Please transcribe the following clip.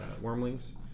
wormlings